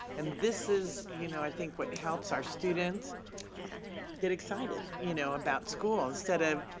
and this is, you know, i think what helps our students get excited you know about school instead of,